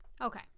okay